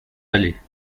allées